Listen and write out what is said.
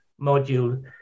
module